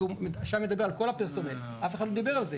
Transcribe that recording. שי מדבר על כל הפרסונל, אף אחד לא דיבר על זה.